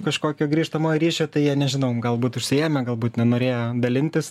kažkokio grįžtamojo ryšio tai jie nežinau galbūt užsiėmę galbūt nenorėjo dalintis